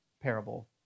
parable